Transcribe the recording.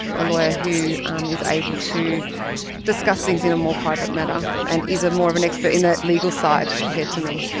a lawyer who um is able to discuss things in a more private manner but and is ah more of an expert in that legal side compared to me.